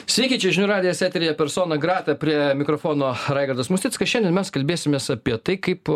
sveiki čia žinių radijas eteryje persona grata prie mikrofono raigardas musnickas šiandien mes kalbėsimės apie tai kaip